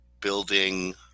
building